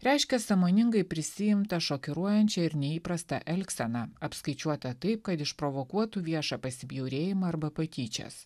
reiškia sąmoningai prisiimtą šokiruojančią ir neįprastą elgseną apskaičiuotą taip kad išprovokuotų viešą pasibjaurėjimą arba patyčias